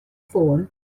ffôn